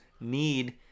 need